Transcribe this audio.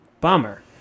Bummer